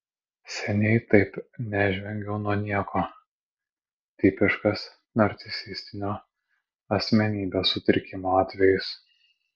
seniai taip nežvengiau nuo nieko tipiškas narcisistinio asmenybės sutrikimo atvejis